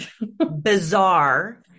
Bizarre